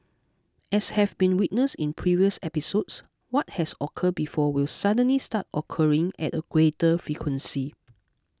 as have been witnessed in previous episodes what has occurred before will suddenly start occurring at a greater frequency